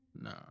No